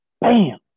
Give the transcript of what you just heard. bam